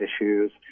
issues